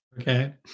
Okay